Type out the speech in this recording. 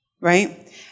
right